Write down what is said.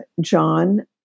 John